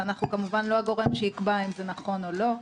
ואנחנו כמובן לא הגורם שיקבע אם זה נכון או לא,